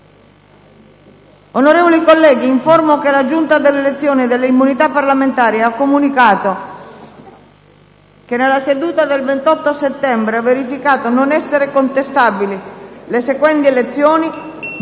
Onorevoli colleghi, informo che la Giunta delle elezioni e delle immunità parlamentari ha comunicato che, nella seduta del 28 settembre, ha verificato non essere contestabili le seguenti elezioni